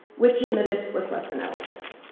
which he admitted, was less than elegant.